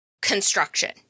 construction